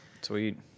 Sweet